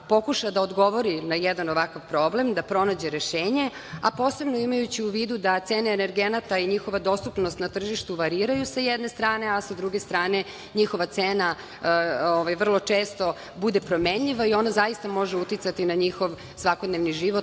da odgovori na jedan ovakav problem, da pronađe rešenje, a posebno imajući u vidu da cene energenata i njihova dostupnost na tržištu variraju sa jedne strane, a sa druge strane, njihova cena vrlo često bude promenljiva i ona zaista može uticati na njihov svakodnevni život,